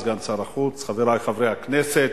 סגן שר החוץ, חברי חברי הכנסת,